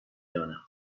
دانم